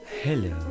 hello